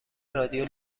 رادیو